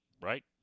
right